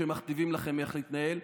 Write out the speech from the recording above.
שמכתיבים לכם איך להתנהל,